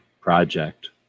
project